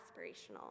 aspirational